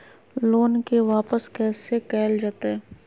Loan के वापस कैसे कैल जतय?